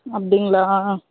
அப்படிங்களா